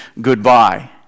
goodbye